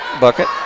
bucket